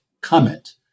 comment